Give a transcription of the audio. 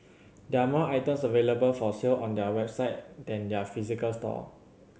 there are more items available for sale on their website than their physical store